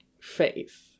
faith